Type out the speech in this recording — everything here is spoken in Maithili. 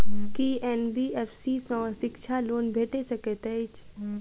की एन.बी.एफ.सी सँ शिक्षा लोन भेटि सकैत अछि?